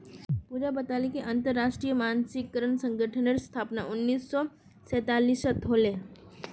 पूजा बताले कि अंतरराष्ट्रीय मानकीकरण संगठनेर स्थापना उन्नीस सौ सैतालीसत होले